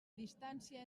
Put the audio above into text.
distància